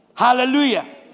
Hallelujah